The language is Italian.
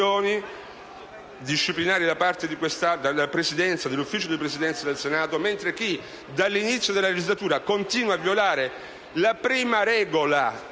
disciplinari da parte del Consiglio di Presidenza del Senato, mentre chi dall'inizio della legislatura continua a violare la prima regola,